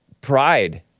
pride